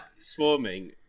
swarming